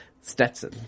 Stetson